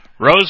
Rose